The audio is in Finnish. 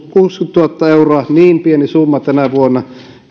kuusikymmentätuhatta euroa niin pieni summa tänä vuonna